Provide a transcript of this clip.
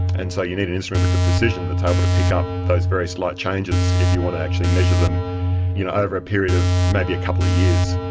and so you need an instrument with the precision that is able to pick up those very slight changes if you want to actually measure them you know over a period of maybe a couple of years.